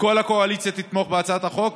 וכל הקואליציה תתמוך בהצעת החוק,